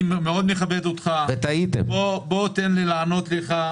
אני מאוד מכבד אותך, תן לי לענות לך.